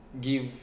give